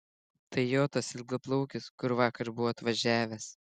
tai jo tas ilgaplaukis kur vakar buvo atvažiavęs